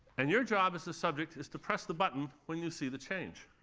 and your job as the subject is to press the button when you see the change.